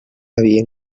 havia